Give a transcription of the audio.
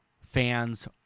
fans